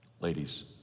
Ladies